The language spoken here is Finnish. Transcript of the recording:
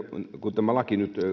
kun tämä laki nyt